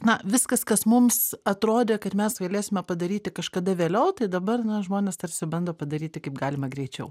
na viskas kas mums atrodė kad mes galėsime padaryti kažkada vėliau tai dabar nu žmonės tarsi bando padaryti kaip galima greičiau